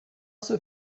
also